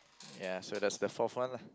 ya so that's the fourth one lah